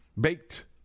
Baked